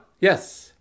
yes